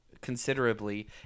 considerably